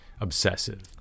Obsessive